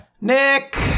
Nick